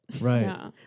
Right